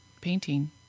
painting